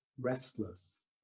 restless